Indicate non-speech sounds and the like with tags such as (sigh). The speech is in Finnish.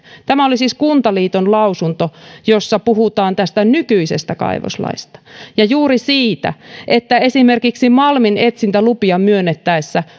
tämä oli siis kuntaliiton lausunto jossa puhutaan nykyisestä kaivoslaista ja juuri siitä että esimerkiksi malminetsintälupia myönnettäessä (unintelligible)